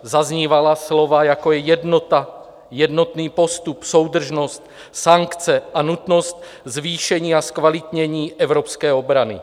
Zaznívala slova, jako je jednota, jednotný postup, soudržnost, sankce a nutnost zvýšení a zkvalitnění evropské obrany.